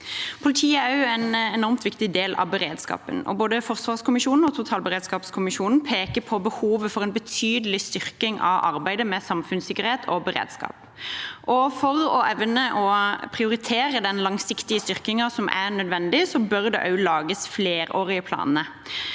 også en enormt viktig del av beredskapen. Både forsvarskommisjonen og totalberedskapskommisjonen peker på behovet for en betydelig styrking av arbeidet med samfunnssikkerhet og beredskap. For å evne å prioritere den langsiktige styrkingen som er nødvendig, bør det lages flerårige planer.